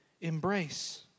embrace